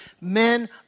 men